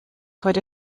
heute